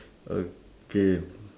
okay